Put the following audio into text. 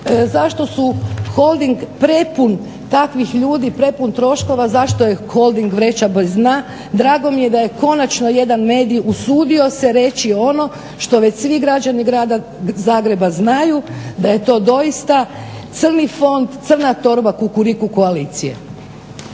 Zašto su Holding prepun takvih ljudi prepun troškova, zašto je Holding vreća bez dna. Drago mi je da je konačno jedan medij usudio se reći ono što već svi građani grada Zagreba znaju da je to doista crni fond, crna torba Kukuriku koalicije.